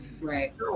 Right